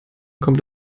kommt